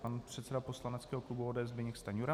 Pan předseda poslaneckého klubu ODS Zbyněk Stanjura.